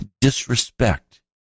disrespect